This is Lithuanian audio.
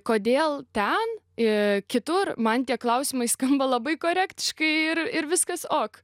kodėl ten ir kitur man tie klausimai skamba labai korektiškai ir ir viskas ok